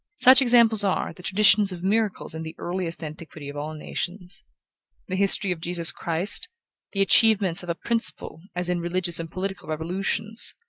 such examples are the traditions of miracles in the earliest antiquity of all nations the history of jesus christ the achievements of a principle, as in religious and political revolutions,